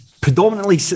Predominantly